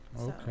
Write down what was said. okay